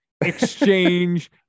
exchange